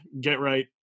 get-right